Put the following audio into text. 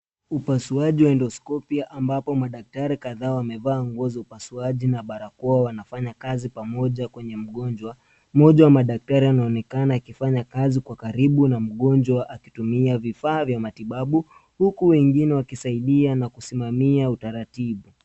Upasuaji wa endoscopia ambapo madaktari kadhaa wamevaa nguo za upasuaji na barakoa wanafanya kazi pamoja kwenye mgonjwa. Mmoja wa madaktari anaonekana akifanya kazi kwa karibu na mgonjwa akitumia vifaa vya matibabu huku wengine wakisaidia na kusimamia utaratibu.